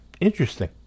interesting